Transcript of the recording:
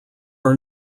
are